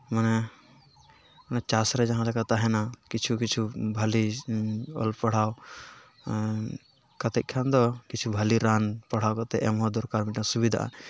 ᱢᱟᱱᱮ ᱪᱟᱥ ᱨᱮ ᱡᱟᱦᱟᱸᱞᱮᱠᱟ ᱛᱟᱦᱮᱱᱟ ᱠᱤᱪᱷᱩ ᱠᱤᱪᱷᱩ ᱵᱷᱟᱹᱞᱤ ᱚᱞ ᱯᱟᱲᱦᱟᱣ ᱠᱟᱛᱮ ᱠᱷᱟᱱ ᱫᱚ ᱠᱤᱪᱷᱩ ᱵᱷᱟᱹᱞᱤ ᱨᱟᱱ ᱯᱟᱲᱦᱟᱣ ᱠᱟᱛᱮ ᱮᱢ ᱦᱚᱸ ᱫᱚᱨᱠᱟᱨ ᱢᱤᱫᱴᱟᱹᱝ ᱥᱩᱵᱤᱫᱟᱜᱼᱟ